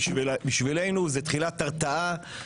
בשבילנו זו תחילת הרתעה,